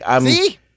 See